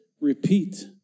repeat